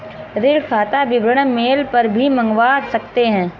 ऋण खाता विवरण मेल पर भी मंगवा सकते है